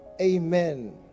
amen